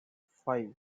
five